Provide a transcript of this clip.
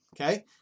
Okay